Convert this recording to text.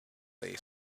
lay